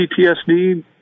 PTSD